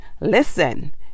listen